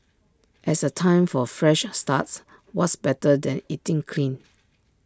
as A time for fresh starts what's better than eating clean